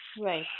Right